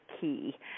key